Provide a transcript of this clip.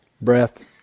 breath